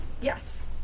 Yes